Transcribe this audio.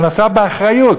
הוא נשא באחריות.